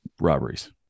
robberies